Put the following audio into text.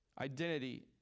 Identity